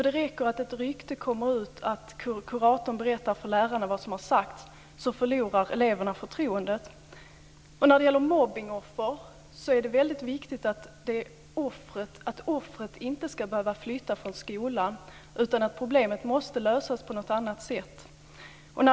Det räcker att ett rykte kommer ut att kuratorn har berättat för läraren vad som har sagts förlorar eleverna förtroendet. Det är väldigt viktigt att mobbningsoffret inte ska behöva flytta från skolan, utan problemet måste lösas på något annat sätt.